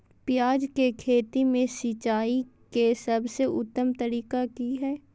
प्याज के खेती में सिंचाई के सबसे उत्तम तरीका की है?